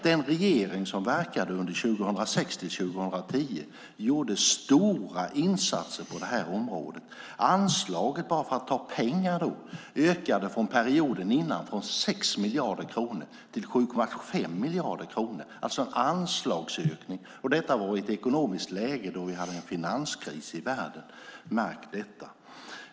Den regering som verkade 2006-2010 gjorde stora insatser på detta område. Anslaget, för att tala om pengar, ökade sedan perioden före från 6 miljarder kronor till 7,5 miljarder kronor. Det var en anslagsökning i ett ekonomiskt läge då vi hade en finanskris i världen, märk detta!